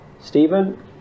Stephen